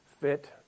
fit